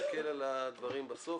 נסתכל על הדברים בסוף.